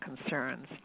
concerns